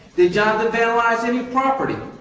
did jonathan vandalize any property.